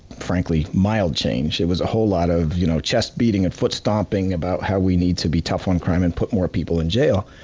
frankly, mild change. it was a whole lot of you know chest beating and foot stomping about how we need to be tough on crime and put more people in jail,